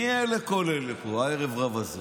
מי אלה, כל אלה פה, הערב-רב הזה,